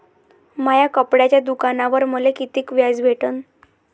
माया कपड्याच्या दुकानावर मले कितीक व्याज भेटन?